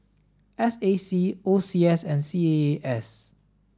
S A C O C S and C A A S